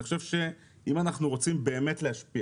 אני חושב שאם אנחנו רוצים באמת להפחית